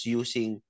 using